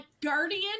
Guardian